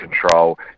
control